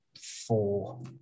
four